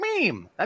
meme